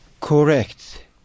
Correct